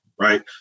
right